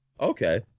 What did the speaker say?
Okay